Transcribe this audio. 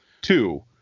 Two